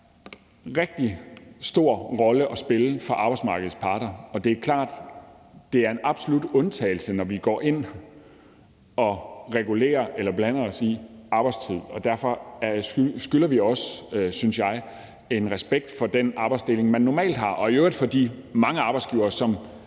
rigtig stor rolle at spille for arbejdsmarkedets parter, og det er klart, at det er en absolut undtagelse, når vi går ind og regulerer eller blander os i arbejdstid, og derfor skylder vi også, synes jeg, en respekt for den arbejdsdeling, man normalt har, og i øvrigt for de mange arbejdsgivere,